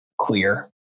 clear